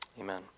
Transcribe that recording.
Amen